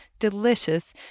delicious